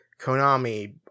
Konami